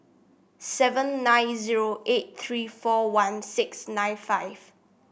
seven nine zero eight three four one six nine five